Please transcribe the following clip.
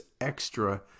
extra